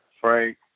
Frank